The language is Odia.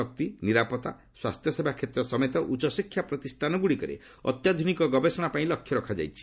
ଶକ୍ତି ନିରାପତ୍ତା ଓ ସ୍ୱାସ୍ଥ୍ୟସେବା କ୍ଷେତ୍ର ସମେତ ଉଚ୍ଚଶିକ୍ଷା ପ୍ରତିଷ୍ଠାନଗୁଡ଼ିକରେ ଅତ୍ୟାଧୁନିକ ଗବେଷଣାପାଇଁ ଲକ୍ଷ୍ୟ ରଖାଯାଇଛି